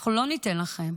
אנחנו לא ניתן לכם.